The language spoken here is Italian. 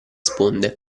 sponde